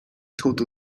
total